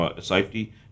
safety